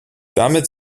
damit